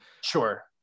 sure